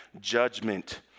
judgment